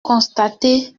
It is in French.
constatez